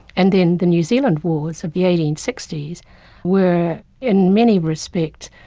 and then the new zealand wars of the eighteen sixty s were in many respects,